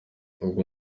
ubwo